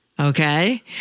Okay